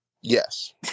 Yes